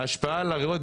ההשפעה על הריאות,